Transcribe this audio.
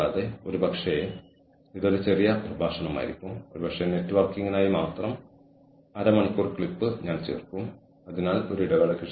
അല്ലെങ്കിൽ human resource ഫംഗ്ഷനിലെ തന്ത്രം എങ്ങനെ ഹ്യൂമൻ റിസോഴ്സ് ഫംഗ്ഷനുകളെ മറ്റ് ഓർഗനൈസേഷനുമായി വിന്യസിക്കുന്നതിനും നടത്തുന്നതിനും ഉപയോഗിക്കാം